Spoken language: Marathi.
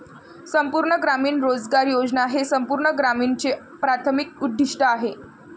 संपूर्ण ग्रामीण रोजगार योजना हे संपूर्ण ग्रामीणचे प्राथमिक उद्दीष्ट आहे